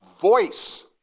voice